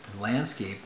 landscape